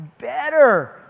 better